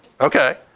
Okay